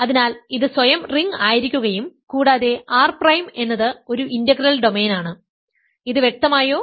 അതിനാൽ ഇത് സ്വയം റിംഗ് ആയിരിക്കുകയും കൂടാതെ R പ്രൈം എന്നത് ഒരു ഇന്റഗ്രൽ ഡൊമെയ്നാണ് ഇത് വ്യക്തമായോ